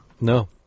No